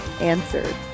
answered